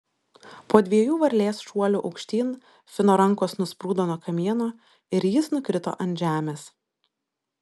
po dviejų varlės šuolių aukštyn fino rankos nusprūdo nuo kamieno ir jis nukrito ant žemės